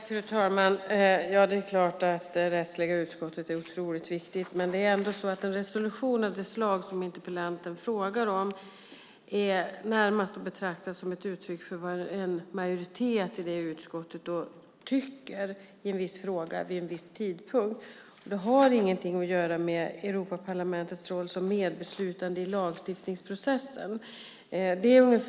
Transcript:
Fru talman! Det är klart att det rättsliga utskottet är otroligt viktigt. Men en resolution av det slag som interpellanten frågar om är närmast att betrakta som ett uttryck för vad en majoritet i det utskottet tycker i en viss fråga vid en viss tidpunkt. Det har ingenting att göra med Europaparlamentets roll som medbeslutande i lagstiftningsprocessen.